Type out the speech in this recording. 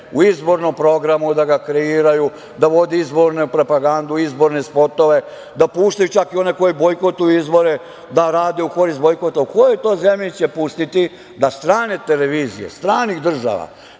u izbornom programu, da ga kreiraju, da vode izbornu propagandu, izborne spotove, da puštaju čak i one koji bojkotuju izbore, da rade u korist bojkota? U kojoj to zemlji će pustiti da strane televizije, stranih država